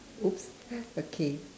!oops! okay